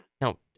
No